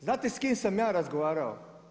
Znate s kim sam ja razgovarao?